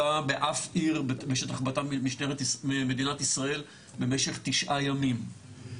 באף עיר בשטח מדינת ישראל במשך תשעה ימים,